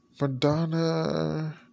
Madonna